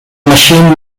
machine